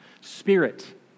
spirit